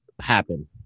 happen